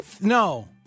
No